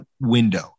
window